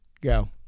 Go